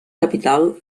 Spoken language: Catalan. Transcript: capital